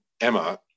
Emma